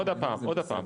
עוד פעם,